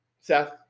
Seth